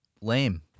lame